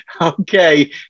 Okay